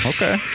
Okay